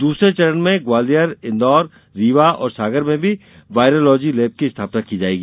दूसरे चरण में ग्वालियर इंदौर रीवा और सागर में भी वायरोलॉजी लैब की स्थापना की जाएगी